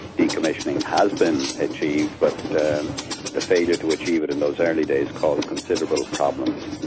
decommissioning has been achieved, but the the failure to achieve it in those early days caused considerable problems.